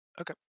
Okay